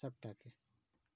सबटाके